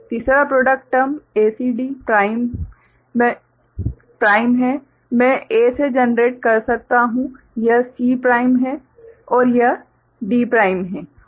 तीसरा product term ACD prime मै A से जनरेट कर सकता हूँ यह C प्राइम है और यह D प्राइम है